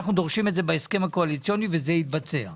אנחנו דורשים את זה בהסכם הקואליציוני וזה יתבצע.